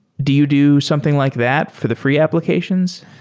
do you do something like that for the free applications?